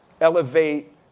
elevate